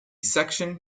section